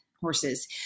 horses